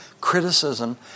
criticism